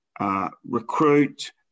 recruit